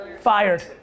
Fired